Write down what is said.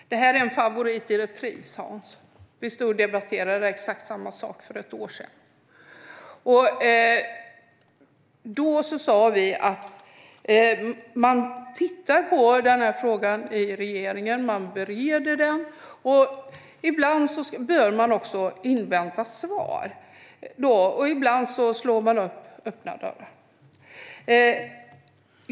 Fru talman! Detta är en favorit i repris, Hans. Vi stod och debatterade exakt samma sak för ett år sedan. Då sa vi att man tittar på och bereder frågan i regeringen. Ibland bör man invänta svar, och ibland slår man in öppna dörrar.